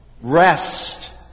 rest